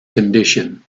condition